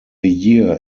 year